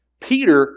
Peter